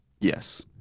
yes